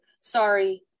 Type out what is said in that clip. Sorry